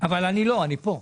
אבל לא, אני פה.